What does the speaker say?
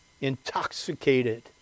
Intoxicated